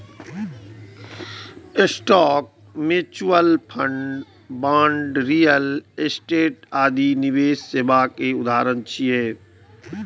stock, mutual fund, bond, real estate आदि निवेश सेवा के उदाहरण छियै